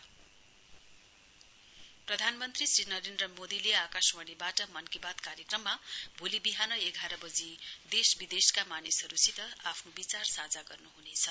PM Mann Ki Baat प्रधानमन्त्री श्री नरेन्द्र मोदीले आकाशवाणीवाट मन की बात कार्यक्रममा भोलि विहान एघार बजी देश विदेशका मानिसहरुसित आफ्नो विचार साझा गर्नुहुनेछ